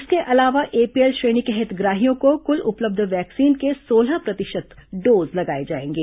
इसके अलावा एपीएल श्रेणी के हितग्राहियों को कुल उपलब्ध वैक्सीन के सोलह प्रतिशत डोज लगाए जाएंगे